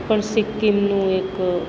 પણ સિક્કિમનું એક